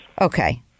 Okay